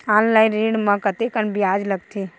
Online ऋण म कतेकन ब्याज लगथे?